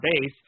base